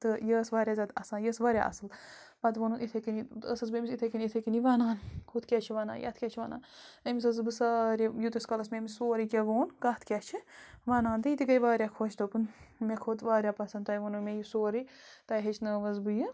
تہٕ یہِ ٲس واریاہ زیادٕ اَسان یہِ ٲس واریاہ اَصٕل پَتہٕ ووٚنُن یِتھے کٔنی پَتہٕ ٲسٕس بہٕ أمِس یِتھے کٔنی یِتھے کٔنی وَنان ہُتھ کیٛاہ چھِ وَنان یَتھ کیٛاہ چھِ وَنان أمِس ٲسٕس بہٕ سارے ییٖتِس کالَس مےٚ أمِس سورٕے کیٚنٛہہ ووٚن کَتھ کیٛاہ چھِ وَنان تہٕ یہِ تہِ گٔے واریاہ خۄش دوٚپُن مےٚ کھوٚت واریاہ پَسَنٛد تۄہہِ ووٚنُو مےٚ یہِ سورُے تۄہہِ ہیٚچھنٲؤس بہٕ یہِ